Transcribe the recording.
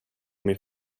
min